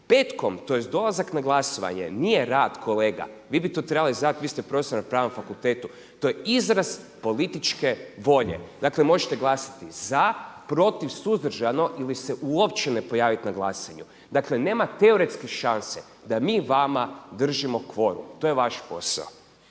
Petkom, tj. dolazak na glasovanje nije rad kolega, vi bi to trebali znati, vi ste profesor na pravnom fakultetu, to je izraz političke volje. Dakle možete glasati za, protiv, suzdržano ili se uopće ne pojaviti na glasanju. Dakle nema teoretske šanse da mi vama držimo kvorum. To je vaš posao.